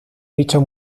dicho